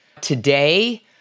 today